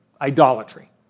idolatry